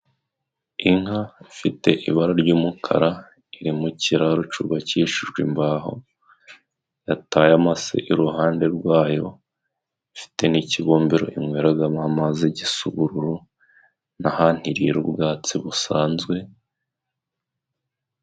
Inka fite ibara ry'umukara iri mu kiraro cubakishijwe imbaho, yatayemase iruhande rwayo, ifite n'ikibumbero inyweragamo amazi gisa ubururu, n'ahantu irira ubwatsi busanzwe.